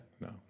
no